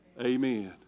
Amen